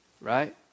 right